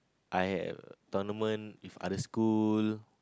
I have a tournament with other school